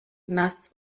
nass